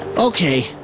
Okay